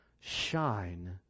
shine